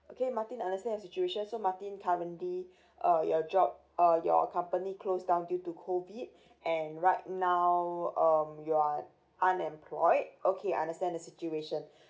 okay martin understand your situation so martin currently uh your job uh your company close down due to COVID and right now um you're unemployed okay understand the situation